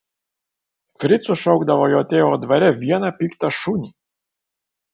fricu šaukdavo jo tėvo dvare vieną piktą šunį